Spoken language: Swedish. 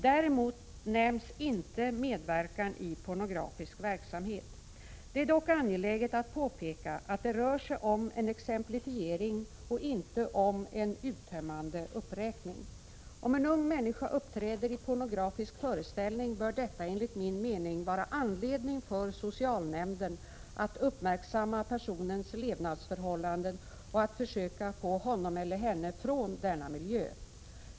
Däremot nämns inte medverkan i pornografisk verksamhet. Det är dock angeläget att påpeka att det rör sig om en exemplifiering och inte om en uttömmande uppräkning. Om en ung människa uppträder i pornografisk föreställning bör detta enligt min mening vara anledning för socialnämnden att uppmärksamma personens levnadsförhållanden och att försöka få honom eller henne bort från denna miljö.